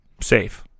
safe